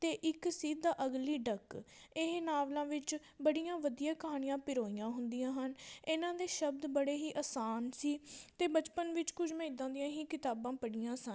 ਅਤੇ ਇੱਕ ਸੀ ਦਾ ਅਗਲੀ ਡੱਕ ਇਹ ਨਾਵਲਾਂ ਵਿੱਚ ਬੜੀਆਂ ਵਧੀਆ ਕਹਾਣੀਆਂ ਪਿਰੋਈਆਂ ਹੁੰਦੀਆਂ ਹਨ ਇਹਨਾਂ ਦੇ ਸ਼ਬਦ ਬੜੇ ਹੀ ਆਸਾਨ ਸੀ ਅਤੇ ਬਚਪਨ ਵਿੱਚ ਕੁਝ ਮੈਂ ਇੱਦਾਂ ਦੀਆਂ ਹੀ ਕਿਤਾਬਾਂ ਪੜ੍ਹੀਆਂ ਸਨ